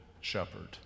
shepherd